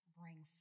bring